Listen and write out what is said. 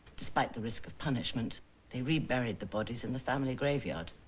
despite the risk of punishment they reburied the bodies in the family graveyard.